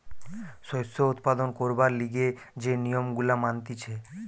শস্য উৎপাদন করবার লিগে যে নিয়ম গুলা মানতিছে